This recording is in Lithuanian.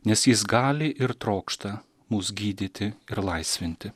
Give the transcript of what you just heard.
nes jis gali ir trokšta mus gydyti ir laisvinti